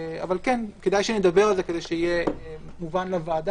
כדאי שנדבר על כך כדי שזה יהיה מובן לוועדה,